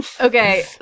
Okay